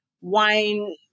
wine